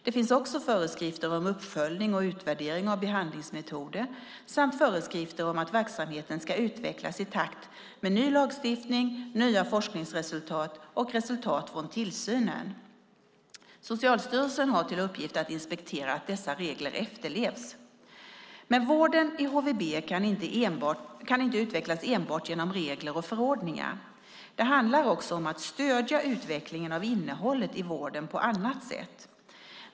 Det finns också föreskrifter om uppföljning och utvärdering av behandlingsmetoder samt föreskrifter om att verksamheten ska utvecklas i takt med ny lagstiftning, nya forskningsresultat och resultat från tillsynen. Socialstyrelsen har till uppgift att inspektera att dessa regler efterlevs. Men vården i HVB kan inte utvecklas enbart genom regler och förordningar. Det handlar också om att stödja utvecklingen av innehållet i vården på annat sätt.